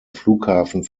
flughafen